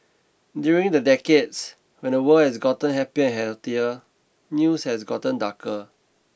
during the decades when the world has gotten happier healthier news has gotten darker